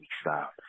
style